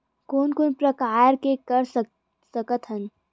कोन कोन प्रकार के कर सकथ हन?